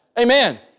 Amen